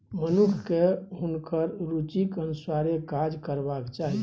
मनुखकेँ हुनकर रुचिक अनुसारे काज करबाक चाही